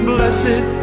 Blessed